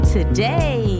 Today